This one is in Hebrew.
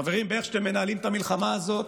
חברים, איך שאתם מנהלים את המלחמה הזאת,